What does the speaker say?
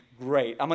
great